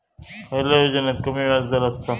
खयल्या योजनेत कमी व्याजदर असता?